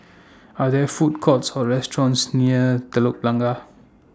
Are There Food Courts Or restaurants near Telok Blangah